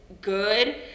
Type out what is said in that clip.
good